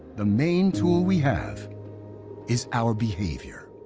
the main tool we have is our behavior.